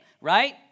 right